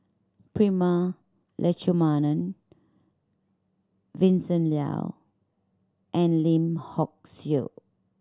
Prema Letchumanan Vincent Leow and Lim Hock Siew